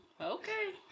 Okay